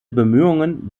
bemühungen